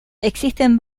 existen